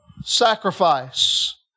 sacrifice